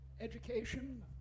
education